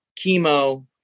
chemo